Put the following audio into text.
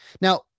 Now